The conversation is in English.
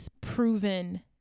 proven